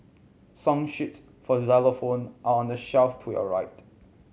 song sheets for xylophone are on the shelf to your right